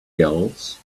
gulls